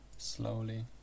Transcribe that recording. slowly